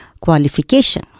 qualification